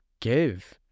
give